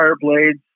blades